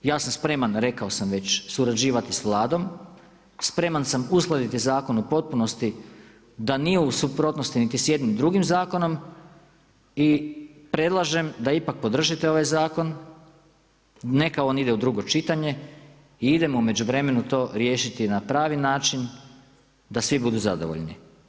Ja sam spreman, rekao sam već surađivati s Vladom, spreman sam uskladiti zakon u potpunosti da nije u suprotnosti niti sa jednim drugim zakonom i predlažem da ipak podržite ovaj zakon, neka on ide u drugo čitanje i idemo u međuvremenu to riješiti na pravi način da svi budu zadovoljni.